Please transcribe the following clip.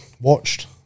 watched